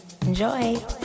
Enjoy